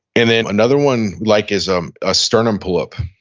and then another one like is um a sternum pull-up.